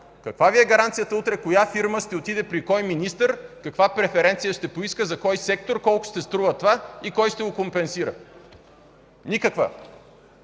Каква Ви е гаранцията утре коя фирма ще отиде при кой министър, каква преференция ще поиска, за кой сектор, колко ще струва това и кой ще го компенсира? Никаква!